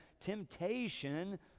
temptation